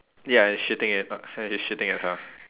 ya it's shitting in he's shitting at her